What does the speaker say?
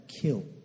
kill